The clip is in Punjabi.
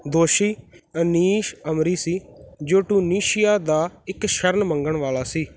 ਦੋਸ਼ੀ ਅਨੀਸ ਅਮਰੀ ਸੀ ਜੋ ਟਿਊਨੀਸ਼ੀਆ ਦਾ ਇੱਕ ਸ਼ਰਣ ਮੰਗਣ ਵਾਲਾ ਸੀ